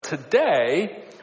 Today